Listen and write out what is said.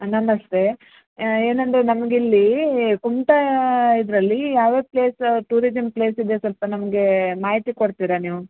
ನಮಸ್ತೇ ಏನಂದರೆ ನಮ್ಗೆ ಇಲ್ಲಿ ಕುಮ್ಟಾ ಇದರಲ್ಲಿ ಯಾವ್ಯಾವ ಪ್ಲೇಸ್ ಟೂರಿಸಮ್ ಪ್ಲೇಸ್ ಇದೆ ಸ್ವಲ್ಪ ನಮಗೆ ಮಾಹಿತಿ ಕೊಡ್ತೀರಾ ನೀವು